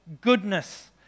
goodness